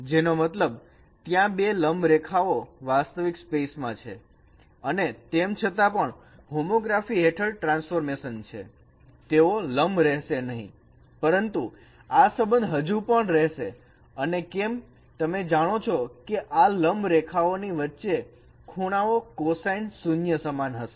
જેનો મતલબ ત્યાં બે લંબરેખા ઓ વાસ્તવિક સ્પેસ માં છે અને તેમ છતાં પણ હોમોગ્રાફી હેઠળ ટ્રાન્સફોર્મેશન છે તેઓ લંબ રહેશે નહીં પરંતુ આ સંબંધ હજુ પણ રહેશે અને કેમ તમે જાણો છો કે આ લંબ રેખાઓ ની વચ્ચે ખૂણાનો કોસાઈન 0 સમાન હશે